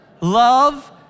love